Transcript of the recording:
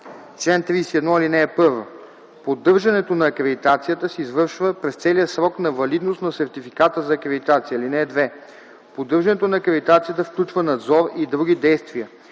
„Чл. 31. (1) Поддържането на акредитацията се извършва през целия срок на валидност на сертификата за акредитация. (2) Поддържането на акредитацията включва надзор и други действия,